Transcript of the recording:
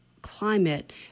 Climate